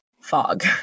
fog